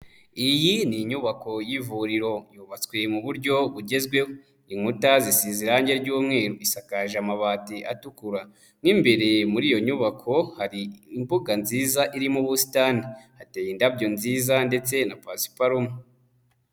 Iyi ni inyubako y'ivuriro, yubatswe mu buryo bugezweho, inkuta zisize irangi ry'umweru, isakaje amabati atukura, mo imbere muri iyo nyubako hari imbuga nziza irimo ubusitani, hateye indabyo nziza ndetse na pasiparumu.